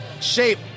shape